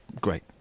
Great